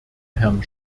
herrn